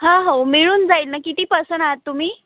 हा हो मिळून जाईल ना किती पसन आहात तुम्ही